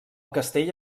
castell